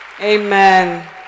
amen